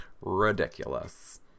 Ridiculous